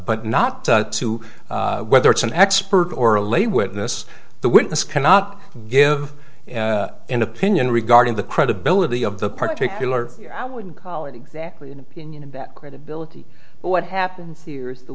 but not to whether it's an expert or a lay witness the witness cannot give an opinion regarding the credibility of the particular here i wouldn't call it exactly an opinion about credibility but what happens here is the